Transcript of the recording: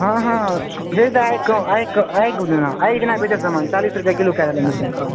हँ हँ भेज दऽ आगि कऽ आगि चालीस रुपैए किलो कऽ देलहक मिरचाइके